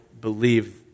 believe